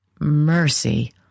Mercy